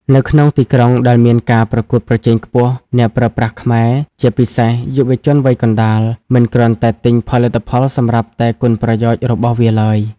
នៅក្នុងទីក្រុងដែលមានការប្រកួតប្រជែងខ្ពស់ អ្នកប្រើប្រាស់ខ្មែរ (ជាពិសេសយុវជនវ័យកណ្ដាល) មិនគ្រាន់តែទិញផលិតផលសម្រាប់តែគុណប្រយោជន៍របស់វាឡើយ។